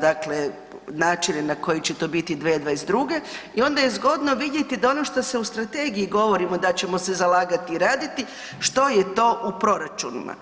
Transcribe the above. dakle načine na koji će to biti 2022. i onda je zgodno vidjeti da ono što u strategiji govorimo da ćemo se zalagati i raditi, što je to u proračunima.